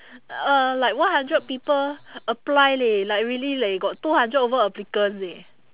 uh like one hundred people apply leh like really leh got two hundred over applicants eh